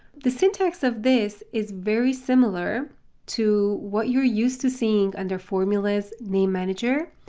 the syntax of this is very similar to what you're used to seeing under formulas name manager,